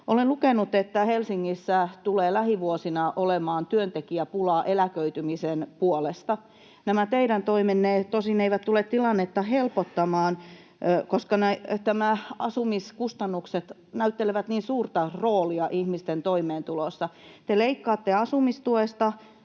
Olen lukenut, että Helsingissä tulee lähivuosina olemaan työntekijäpulaa eläköitymisen puolesta. Nämä teidän toimenne tosin eivät tule tilannetta helpottamaan, koska asumiskustannukset näyttelevät niin suurta roolia ihmisten toimeentulossa. Te leikkaatte asumistuesta,